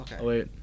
wait